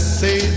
say